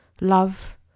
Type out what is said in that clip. love